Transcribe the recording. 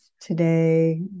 today